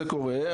זה קורה,